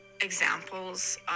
examples